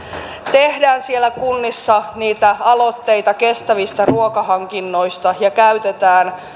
tehdään siellä kunnissa niitä aloitteita kestävistä ruokahankinnoista ja käytetään